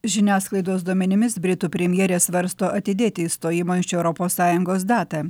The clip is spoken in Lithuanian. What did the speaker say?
žiniasklaidos duomenimis britų premjerė svarsto atidėti išstojimo iš europos sąjungos datą